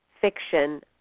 fiction